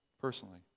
personally